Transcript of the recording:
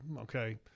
okay